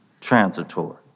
transitory